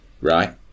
right